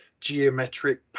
geometric